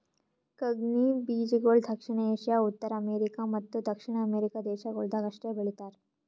ಕಂಗ್ನಿ ಬೀಜಗೊಳ್ ದಕ್ಷಿಣ ಏಷ್ಯಾ, ಉತ್ತರ ಅಮೇರಿಕ ಮತ್ತ ದಕ್ಷಿಣ ಅಮೆರಿಕ ದೇಶಗೊಳ್ದಾಗ್ ಅಷ್ಟೆ ಬೆಳೀತಾರ